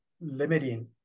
limiting